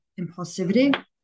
impulsivity